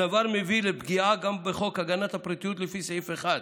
הדבר מביא לפגיעה גם בחוק הגנת הפרטיות: לפי סעיף 1,